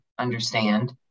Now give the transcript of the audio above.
understand